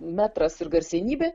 metras ir garsenybė